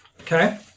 Okay